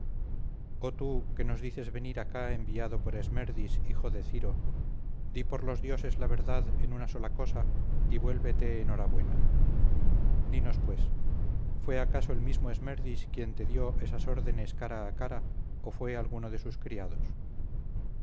oh tú que nos dices venir acá enviado por esmerdis hijo de ciro di por los dioses la verdad en una sola cosa y vuélvete en hora buena dinos pues fue acaso el mismo esmerdis quien te dio esas órdenes cara a cara o fue alguno de sus criados